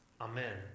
Amen